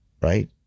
right